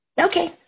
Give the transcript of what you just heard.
Okay